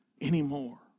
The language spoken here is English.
anymore